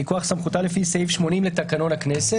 מכוח סמכותה לפי סעיף 80 לתקנון הכנסת,